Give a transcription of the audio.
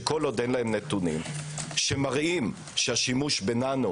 שכל עוד אין להם נתונים שמראים שהשימוש בננו